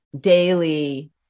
daily